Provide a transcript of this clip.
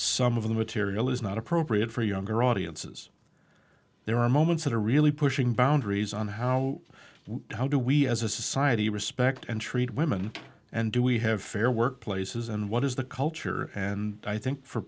some of the material is not appropriate for younger audiences there are moments that are really pushing boundaries on how how do we as a society respect and treat women and do we have fair workplaces and what is the culture and i think for